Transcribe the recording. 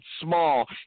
small